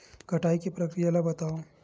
कटाई के प्रक्रिया ला बतावव?